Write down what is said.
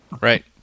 Right